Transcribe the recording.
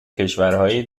کشورهای